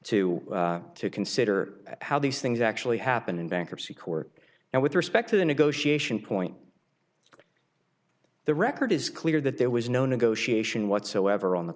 to to consider how these things actually happen in bankruptcy court and with respect to the negotiation point the record is clear that there was no negotiation whatsoever on the